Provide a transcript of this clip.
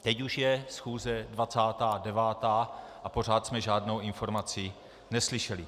Teď už je schůze 29. a pořád jsme žádnou informaci neslyšeli.